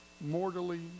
mortally